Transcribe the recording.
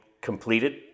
completed